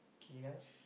Guinness